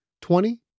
Twenty